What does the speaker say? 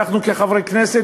אנחנו כחברי כנסת,